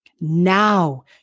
Now